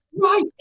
Right